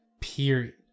period